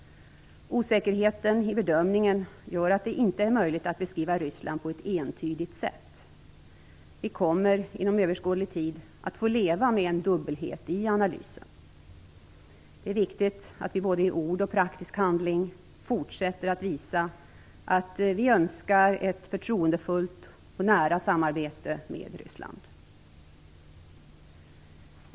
Osäkerheten i bedömningen gör att det inte är möjligt att beskriva Ryssland på ett entydigt sätt. Vi kommer inom överskådlig tid att få leva med en dubbelhet i analysen. Det är viktigt att vi både i ord och i praktisk handling fortsätter att visa att vi önskar ett förtroendefullt och nära samarbete med Ryssland.